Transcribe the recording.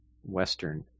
Western